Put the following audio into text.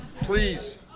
Please